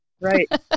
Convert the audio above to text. Right